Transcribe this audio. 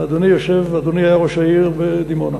אדוני היה ראש העיר דימונה,